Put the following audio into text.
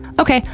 okay.